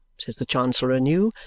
says the chancellor anew,